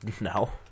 No